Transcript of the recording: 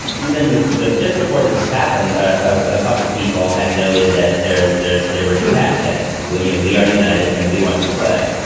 and even before just so just before this happened, a couple of people had noted that there is there's there were two hashtags where, you know, we are united and we want to play.